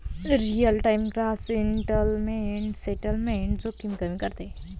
real time gross settlement settlement जोखीम कमी करते